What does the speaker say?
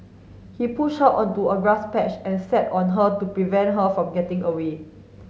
he pushed her onto a grass patch and sat on her to prevent her from getting away